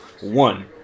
One